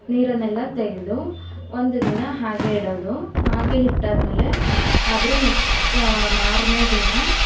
ನೀರನ್ನೆಲ್ಲ ತೆಗೆದು ಒಂದು ದಿನ ಹಾಗೆ ಇಡೋದು ಹಾಗೆ ಇಟ್ಟಾದಮೇಲೆ ಅದ್ರ ನೆಕ್ಸ್ಟ್ ಮಾರನೇ ದಿನ